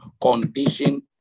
condition